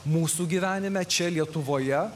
mūsų gyvenime čia lietuvoje